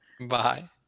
Bye